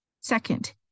Second